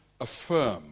affirm